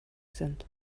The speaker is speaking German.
sind